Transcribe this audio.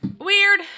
Weird